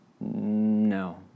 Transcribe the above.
No